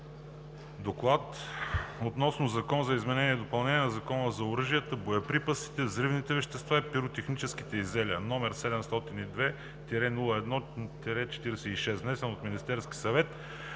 „Доклад относно Законопроект за изменение и допълнение на Закона за оръжията, боеприпасите, взривните вещества и пиротехническите изделия, № 702-01-46, внесен от Министерския съвет